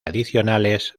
adicionales